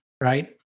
right